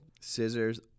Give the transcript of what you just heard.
scissors